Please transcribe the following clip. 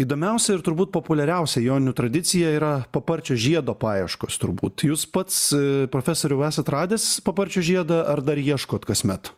įdomiausia ir turbūt populiariausia joninių tradicija yra paparčio žiedo paieškos turbūt jūs pats profesoriau esat radęs paparčio žiedą ar dar ieškot kasmet